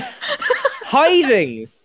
hiding